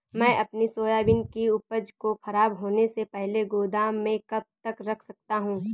मैं अपनी सोयाबीन की उपज को ख़राब होने से पहले गोदाम में कब तक रख सकता हूँ?